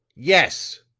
yes,